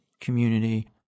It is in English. community